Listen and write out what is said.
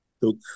took